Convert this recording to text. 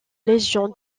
légion